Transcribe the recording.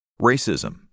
racism